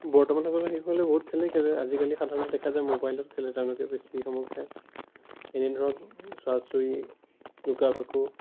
বৰ্তমান শিশুসকলে বহুত খেলেই খেলে আজিকালি সাধাৰণতে দেখা যায় ম'বাইলত খেলে তেওঁলোকে বেছি সময় খেল এনেই ধৰক চুৱা চুই লুকা ভাকু